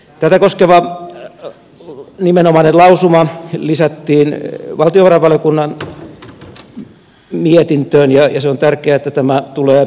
tätä koskeva nimenomainen lausuma lisättiin valtiovarainvaliokunnan mietintöön ja on tärkeää että tämä tulee noteeratuksi